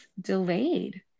delayed